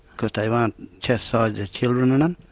because they won't chastise ah their children enough.